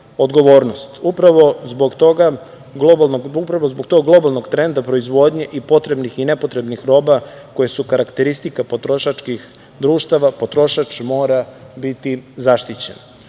odgovornost. Upravo zbog tog globalnog trenda proizvodnje i potrebnih i nepotrebnih roba koje su karakteristika potrošačkih društava potrošač mora biti zaštićen. Otuda